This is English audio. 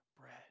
bread